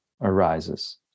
arises